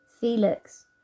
Felix